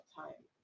time